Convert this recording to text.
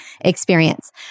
experience